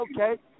okay